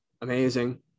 amazing